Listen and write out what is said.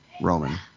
Roman